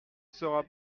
sera